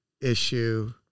issue